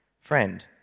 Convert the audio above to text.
Friend